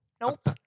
Nope